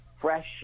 Fresh